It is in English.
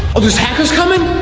are those hackers coming?